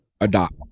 adopt